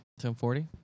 10.40